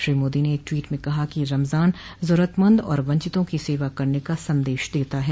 श्री मोदी ने एक ट्वीट में कहा है कि रमजान जरूरतमंद और वंचितों की सेवा करने का संदेश देता है